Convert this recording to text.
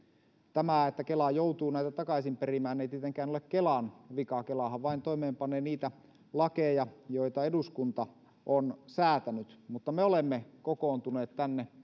tämä että kela joutuu näitä takaisin perimään ei tietenkään ole kelan vika kelahan vain toimeenpanee niitä lakeja joita eduskunta on säätänyt mutta me olemme kokoontuneet